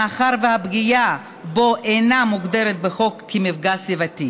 מאחר שהפגיעה בו אינה מוגדרת בחוק כמפגע סביבתי.